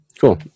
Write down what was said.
Cool